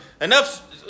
enough